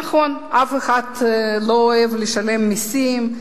נכון, אף אחד לא אוהב לשלם מסים,